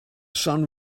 sun